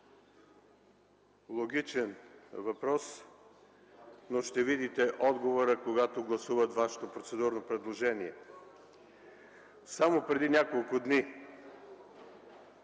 Логичен въпрос. Ще видите отговора, когато гласуват Вашето процедурно предложение. Само преди няколко дни